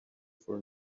for